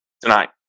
tonight